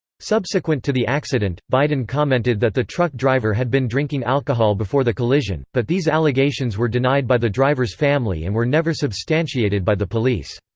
subsequent to the accident, biden commented that the truck driver had been drinking alcohol before the collision, but these allegations were denied by the driver's family and were never substantiated by the police.